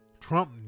Trump